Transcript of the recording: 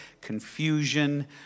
confusion